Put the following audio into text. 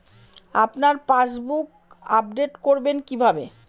আপনার passbook update করবেন কিভাবে?